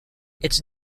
its